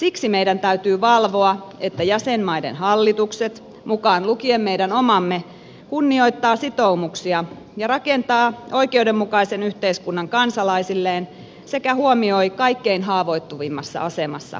siksi meidän täytyy valvoa että jäsenmaiden hallitukset mukaan lukien meidän omamme kunnioittavat sitoumuksia ja rakentavat oikeudenmukaisen yhteiskunnan kansalaisilleen sekä huomioivat kaikkein haavoittuvimmassa asemassa olevat